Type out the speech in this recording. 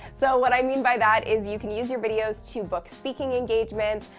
so what i mean by that is, you can use your videos to book speaking engagements,